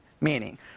meaning